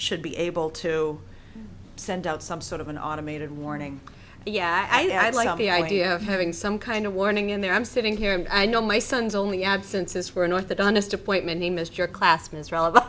should be able to send out some sort of an automated warning yeah i'd like the idea of having some kind of warning in there i'm sitting here and i know my son's only absences for an orthodontist appointment he missed your class miss relevant